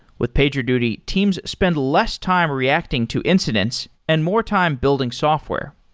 with pagerduty, teams spend less time reacting to incidents and more time building software.